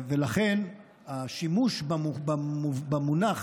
לכן השימוש במונח